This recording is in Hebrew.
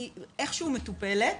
היא איכשהו מטופלת,